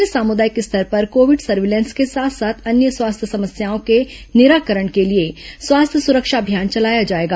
प्रदेश में सामुदायिक स्तर पर कोविड सर्विलेंस के साथ साथ अन्य स्वास्थ्य समस्याओं के निराकरण के लिए स्वास्थ्य सुरक्षा अभियान चलाया जाएगा